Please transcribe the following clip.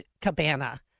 Cabana